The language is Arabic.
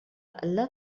ألّا